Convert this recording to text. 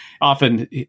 often